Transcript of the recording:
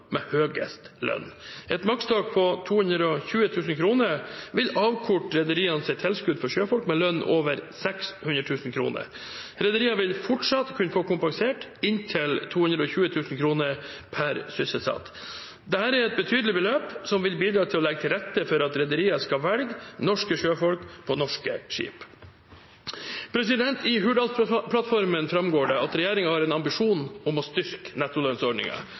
med høyest lønn. Et makstak på 220 000 kr vil avkorte rederienes tilskudd for sjøfolk med lønn over 600 000 kr. Rederiene vil fortsatt kunne få kompensert inntil 220 000 kr per sysselsatt. Dette er et betydelig beløp som vil bidra til å legge til rette for at rederiene skal velge norske sjøfolk på norske skip. I Hurdalsplattformen framgår det at regjeringen har en ambisjon om å styrke